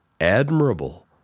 admirable